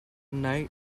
night